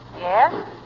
Yes